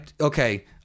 Okay